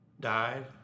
died